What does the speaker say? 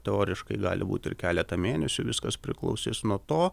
teoriškai gali būti ir keletą mėnesių viskas priklausys nuo to